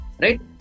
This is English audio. right